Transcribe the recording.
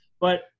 but-